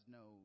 no